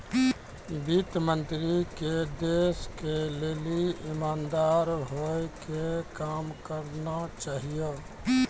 वित्त मन्त्री के देश के लेली इमानदार होइ के काम करना चाहियो